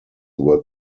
were